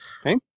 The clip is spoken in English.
Okay